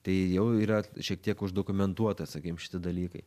tai jau yra šiek tiek uždokumentuota sakykim šitie dalykai